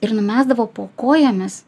ir numesdavo po kojomis